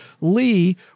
Lee